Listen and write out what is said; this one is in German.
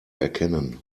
erkennen